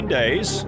days